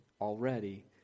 already